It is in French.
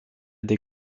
des